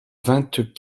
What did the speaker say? vingt